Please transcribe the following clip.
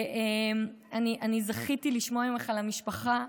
אני זכיתי לשמוע ממך על המשפחה,